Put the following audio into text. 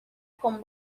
con